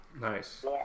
Nice